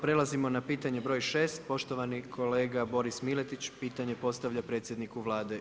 Prelazimo na pitanje broj 6. Poštovani kolega Bores Miletić, pitanje postavlja predsjedniku Vlade.